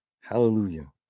Hallelujah